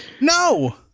no